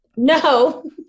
no